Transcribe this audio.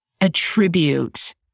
attribute